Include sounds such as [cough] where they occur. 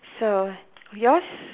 so yours [breath]